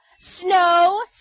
SNOW